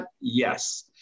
Yes